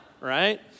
Right